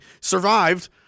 Survived